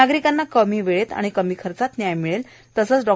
नागरिकांना कमी वेळेत आणि कमी खर्चात न्याय मिळेल तसेच डॉ